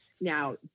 Now